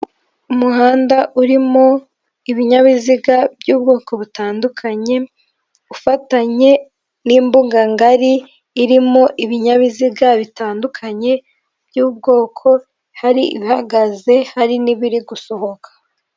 Umuhanda urimo ibinyabiziga by'ubwoko butandukanye ufatanye, n'imbuganga ngari irimo ibinyabiziga bitandukanye by'ubwoko hari ihagaze hari n'ibiri gusohoka.